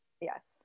Yes